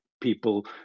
people